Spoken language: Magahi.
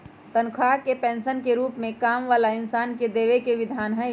तन्ख्वाह के पैसवन के रूप में काम वाला इन्सान के देवे के विधान हई